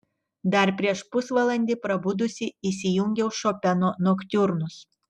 dar prieš pusvalandį prabudusi įsijungiau šopeno noktiurnus